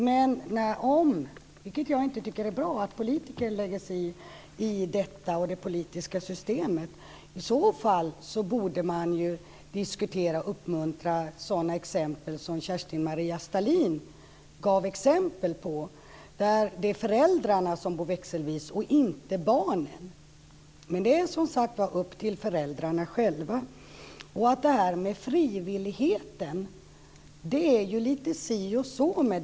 Men om, vilket jag inte tycker är bra, politikerna och det politiska systemet lägger sig i detta borde man diskutera och uppmuntra sådana exempel som Kerstin-Maria Stalin tog upp där det är föräldrarna som bor växelvis och inte barnen. Men det är som sagt upp till föräldrarna själva. Det här med frivilligheten är det lite si och så med.